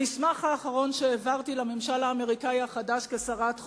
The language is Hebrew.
המסמך האחרון שהעברתי לממשל האמריקני החדש כשרת החוץ,